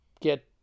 get